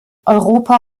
europa